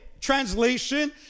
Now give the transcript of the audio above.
translation